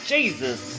Jesus